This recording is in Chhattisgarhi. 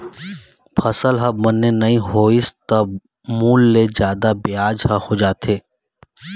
फसल ह बने नइ होइस त मूल ले जादा बियाज ह हो जाथे